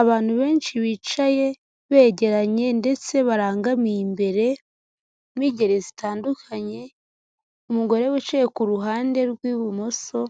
Abantu benshi bicaye begeranye ndetse barangamiye imbere b'ingeri zitandukanye, umugore wicaye ku ruhande rw'ibumoso